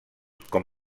com